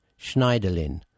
Schneiderlin